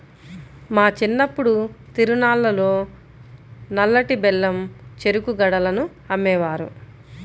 మా చిన్నప్పుడు తిరునాళ్ళల్లో నల్లటి బెల్లం చెరుకు గడలను అమ్మేవారు